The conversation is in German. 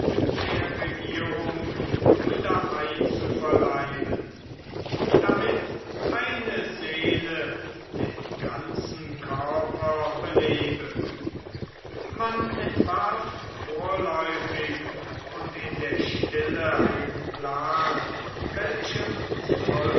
der regierung wieder einzuverleiben damit eine seele den ganzen körper belebe man entwarf vorläufig und in der stille einen plan welchem